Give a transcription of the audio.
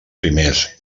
primers